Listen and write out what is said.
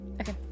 Okay